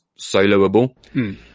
soloable